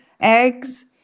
eggs